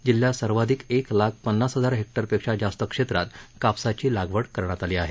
जिल्ह्यात सर्वाधिक एक लाख पन्नास हजार हेक्टर पेक्षा जास्त क्षेत्रात कापसाची लागवड करण्यात आली आहे